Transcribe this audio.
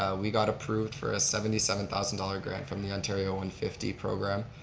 ah we got approved for a seventy seven thousand dollars grant from the ontario and fifty program,